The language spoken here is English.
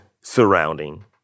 surrounding